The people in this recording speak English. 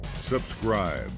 subscribe